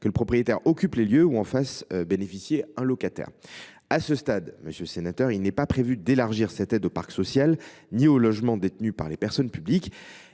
que le propriétaire occupe les lieux ou en fasse bénéficier un locataire. À ce stade, il n’est pas prévu de l’élargir au parc social ni aux logements détenus par les personnes publiques.